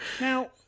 Now